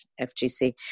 FGC